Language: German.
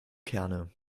kerne